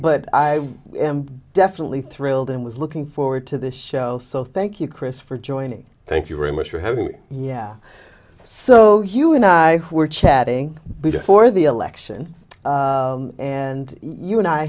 but i am definitely thrilled and was looking forward to the show so thank you chris for joining thank you very much for having me yeah so you and i were chatting before the election and you and i